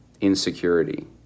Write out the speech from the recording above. insecurity